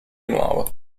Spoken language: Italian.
nuovo